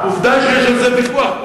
עובדה שיש על זה ויכוח.